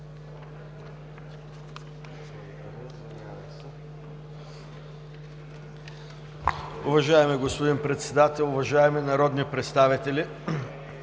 Благодаря